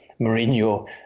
Mourinho